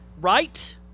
right